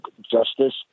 Justice